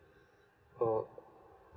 oh